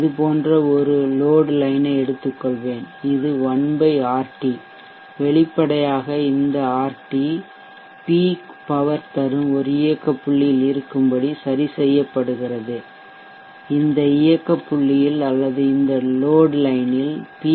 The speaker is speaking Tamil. இது போன்ற ஒரு லோட் லைன்யை எடுத்துக்கொள்வேன் இது 1 RT வெளிப்படையாக இந்த ஆர்டி பீக் பவர் தரும் ஒரு இயக்க புள்ளியில் இருக்கும்படி சரிசெய்யப்படுகிறது இந்த இயக்க புள்ளியில் அல்லது இந்த லோட் லைன் இல் பி